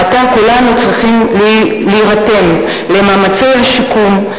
עתה כולנו צריכים להירתם למאמצי השיקום,